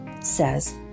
says